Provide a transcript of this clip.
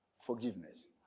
forgiveness